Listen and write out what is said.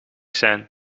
zijn